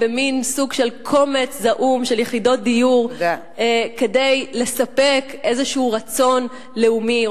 במין סוג של קומץ זעום של יחידות דיור כדי לספק איזשהו רצון לאומי.